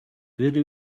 very